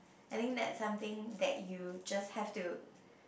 I think that something that you just have to